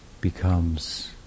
becomes